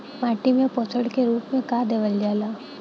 माटी में पोषण के रूप में का देवल जाला?